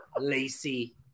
Lacey